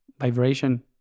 vibration